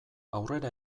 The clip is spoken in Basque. aurrera